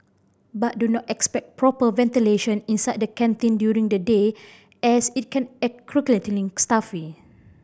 but do not expect proper ventilation inside the canteen during the day as it can stuffy